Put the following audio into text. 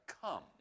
come